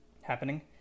happening